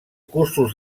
cursos